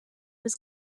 was